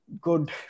good